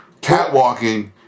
catwalking